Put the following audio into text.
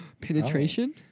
Penetration